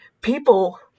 people